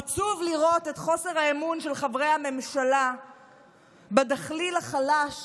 עצוב לראות את חוסר האמון של חברי הממשלה בדחליל החלש